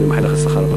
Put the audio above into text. ואני מאחל לך הצלחה רבה.